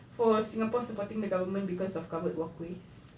for singapore supporting the government cause of covered walkways